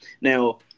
Now